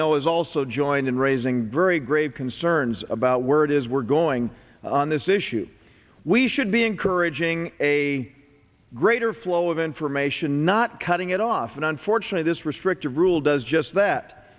know is also joined in raising very grave concerns about where it is we're going on this issue we should be encouraging a greater flow of information not cutting it off an unfortunate this restrictive rule does just that